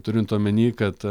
turint omeny kad